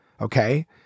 Okay